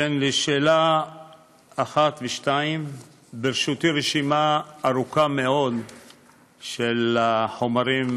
1 2. ברשותי רשימה ארוכה מאוד של החומרים